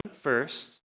first